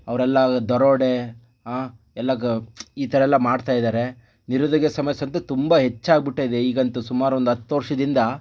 ಅವರೆಲ್ಲ ದರೋಡೆ ಎಲ್ಲ ಗ ಈ ಥರಎಲ್ಲ ಮಾಡ್ತಾ ಇದ್ದಾರೆ ನಿರುದ್ಯೋಗ ಸಮಸ್ಯೆಯಂತು ತುಂಬ ಹೆಚ್ಚಾಗಿ ಬಿಟ್ಟಿದೆ ಈಗಂತೂ ಸುಮಾರು ಒಂದು ಹತ್ತು ವರ್ಷದಿಂದ